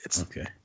Okay